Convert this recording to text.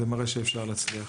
זה מראה שאפשר להצליח.